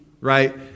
right